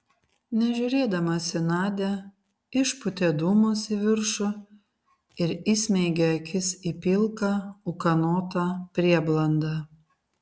nežiūrėdamas į nadią išpūtė dūmus į viršų ir įsmeigė akis į pilką ūkanotą prieblandą